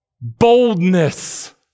boldness